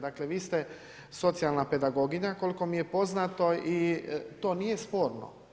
Dakle, vi ste socijalna pedagoginja, koliko mi je poznato i to nije sporno.